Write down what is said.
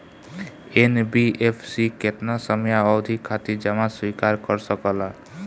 NBFC केतना समयावधि खातिर जमा स्वीकार कर सकला?